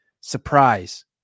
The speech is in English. surprise